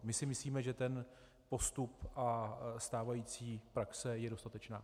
My si myslíme, že ten postup a stávající praxe jsou dostatečné.